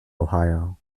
ohio